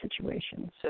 situations